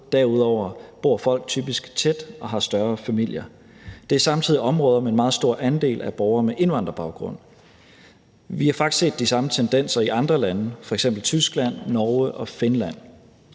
derudover bor folk typisk tæt og har større familier. Det er samtidig områder, med en meget stor andel af borgere med indvandrerbaggrund. Vi har faktisk set de samme tendenser i andre lande, f.eks. i Tyskland, Norge og Finland.